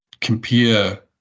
compare